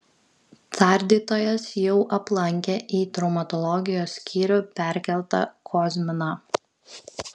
tardytojas jau aplankė į traumatologijos skyrių perkeltą kozminą